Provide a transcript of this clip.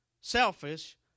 selfish